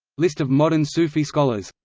list of modern sufi scholars